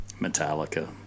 Metallica